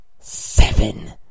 seven